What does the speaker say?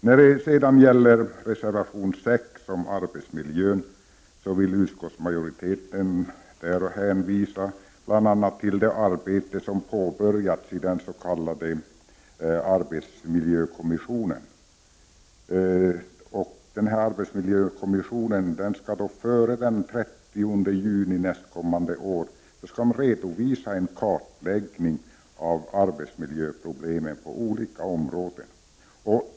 När det sedan gäller reservation 6 om arbetsmiljön, vill utskottsmajoriteten bl.a. hänvisa till det arbete som påbörjats i den s.k. arbetsmiljökommissionen, som före den 30 juni nästkommande år skall redovisa en kartläggning av arbetsmiljöproblemen på olika områden.